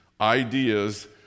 ideas